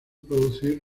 producir